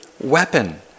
weapon